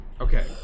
Okay